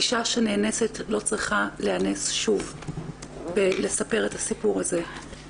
אישה שנאנסת לא צריכה להיאנס שוב בלספר את הסיפור הזה.